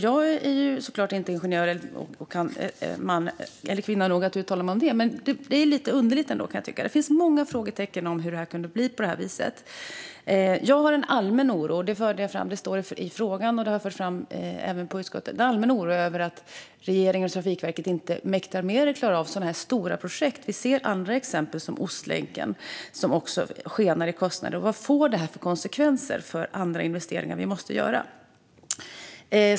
Jag är såklart inte ingenjör och är därför inte kvinna att uttala mig om det, men jag kan ändå tycka att det är lite underligt. Det finns många frågetecken kring hur det kunde bli på det här viset. Jag har en allmän oro som jag för fram i frågan och som jag även har fört fram i utskottet. Det är en allmän oro över att regeringen och Trafikverket inte mäktar med eller klarar av sådana här stora projekt. Vi ser andra exempel som Ostlänken, som också skenar i kostnader. Vad får det här för konsekvenser för andra investeringar som vi måste göra?